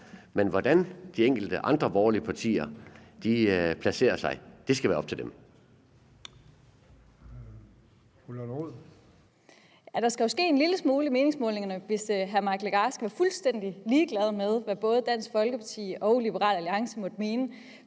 Formanden: Fru Lotte Rod. Kl. 15:36 Lotte Rod (RV): Der skal jo ske en lille smule med meningsmålingerne, hvis hr. Mike Legarth skal være fuldstændig ligeglad med, hvad både Dansk Folkeparti og Liberal Alliance måtte mene,